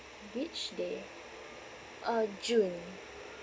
which day uh june